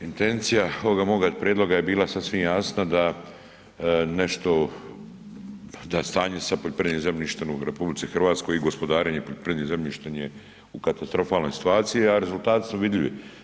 Intencija ovoga moga Prijedloga je bila sasvim jasna da nešto, da stanje sa poljoprivrednim zemljištem u Republici Hrvatskoj i gospodarenje poljoprivrednim zemljištem je u katastrofalnoj situaciji, a rezultati su vidljivi.